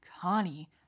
Connie